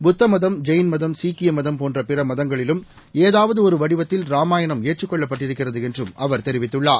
புத்தமதம் ஜெயின்மதம் சீக்கியம்தம்போன்றபிறமதங்களிலும்ஏதாவதுஒருவடிவத்தில் ராமாயணம்ஏற்றுக்கொள்ளப்பட்டிருக்கிறதுஎன்றும்அவர்தெ ரிவித்துள்ளார்